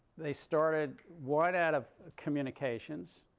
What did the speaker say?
they started one, out of communications,